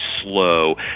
slow